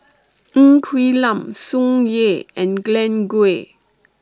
Ng Quee Lam Tsung Yeh and Glen Goei